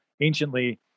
anciently